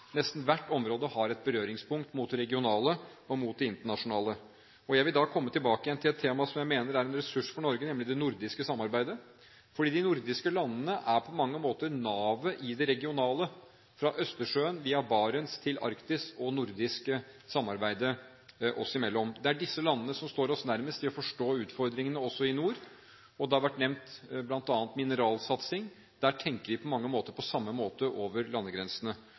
Nesten hvert område har et berøringspunkt mot det regionale og mot det internasjonale. Jeg vil igjen komme tilbake til et tema som jeg mener er en ressurs for Norge, nemlig det nordiske samarbeidet. De nordiske landene er på mange måter navet i det regionale – fra Østersjøen via Barentsområdet til Arktis – nordiske samarbeidet oss imellom. Det er disse landene som står oss nærmest når det gjelder å forstå utfordringene i nord. Blant annet har mineralsatsing vært nevnt. Der tenker vi på mange måter på samme måte over landegrensene.